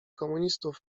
komunistów